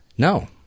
No